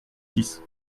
six